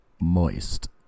moist